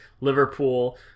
Liverpool